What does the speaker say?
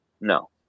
No